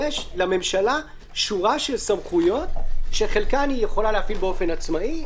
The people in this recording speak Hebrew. יש לממשלה שורה של סמכויות שחלקן היא יכולה להפעיל באופן עצמאי,